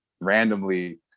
randomly